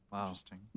Interesting